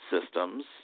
systems